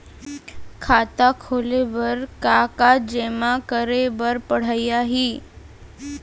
खाता खोले बर का का जेमा करे बर पढ़इया ही?